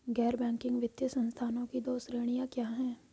गैर बैंकिंग वित्तीय संस्थानों की दो श्रेणियाँ क्या हैं?